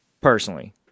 Personally